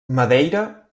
madeira